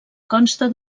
consta